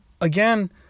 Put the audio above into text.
again